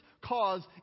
cause